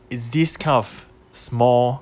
is this kind of small